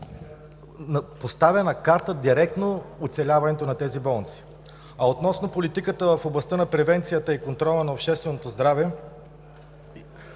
поставя на карта директно оцеляването на тези болници. Относно „Политиката в областта на превенцията и контрола на общественото здраве“.